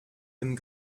dem